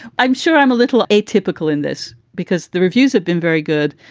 i'm sure i'm a little atypical in this because the reviews have been very good.